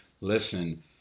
listen